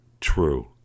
true